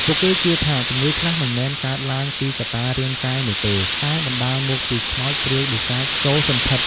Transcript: ពួកគេជឿថាជំងឺខ្លះមិនមែនកើតឡើងពីកត្តារាងកាយនោះទេ តែបណ្តាលមកពីខ្មោចព្រាយបិសាចចូលសណ្ឋិត។